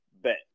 bet